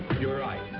you're right.